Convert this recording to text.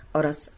oraz